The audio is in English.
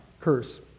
curse